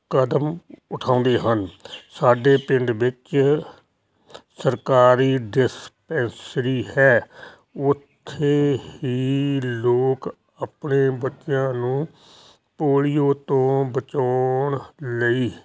ਕਦਮ ਉਠਾਉਂਦੇ ਹਨ ਸਾਡੇ ਪਿੰਡ ਵਿੱਚ ਸਰਕਾਰੀ ਡਿਸਪੈਸਰੀ ਹੈ ਉੱਥੇ ਹੀ ਲੋਕ ਆਪਣੇ ਬੱਚਿਆਂ ਨੂੰ ਪੋਲੀਓ ਤੋਂ ਬਚਾਉਣ ਲਈ